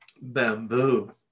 bamboo